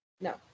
No